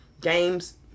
games